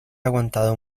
aguantado